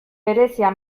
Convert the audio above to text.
berezia